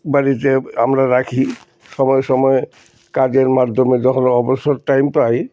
বাড়িতে আমরা রাখি সময় সময়ে কাজের মাধ্যমে যখন অবসর টাইম পাই